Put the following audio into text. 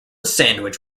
sandwich